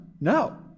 no